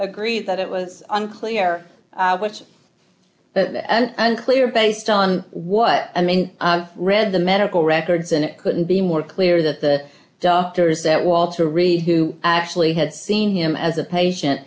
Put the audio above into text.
agree that it was unclear which that and clear based on what i mean read the medical records and it couldn't be more clear that the doctors at walter reed who actually had seen him as a patient